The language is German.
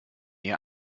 ihr